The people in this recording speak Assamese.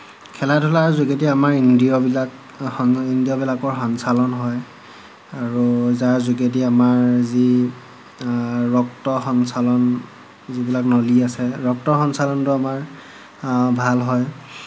খেলা ধূলাৰ যোগেদি আমাৰ ইন্দ্ৰিয়বিলাক ইন্দ্ৰিয়বিলাকৰ সঞ্চালন হয় আৰু যাৰ যোগেদি আমাৰ যি ৰক্ত সঞ্চালন যিবিলাক নলী আছে ৰক্ত সঞ্চালনটো আমাৰ ভাল হয়